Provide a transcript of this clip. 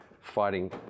fighting